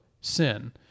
sin